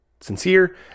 Sincere